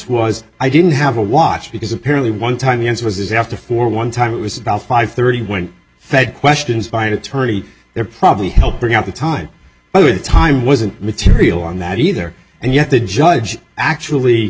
was i didn't have a watch because apparently one time the answer was after for one time it was about five thirty when fed questions find eternity there probably helped bring out the time the time wasn't material on that either and yet the judge actually